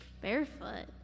Barefoot